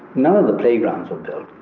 no other playground for them.